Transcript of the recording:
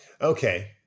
Okay